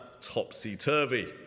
Topsy-Turvy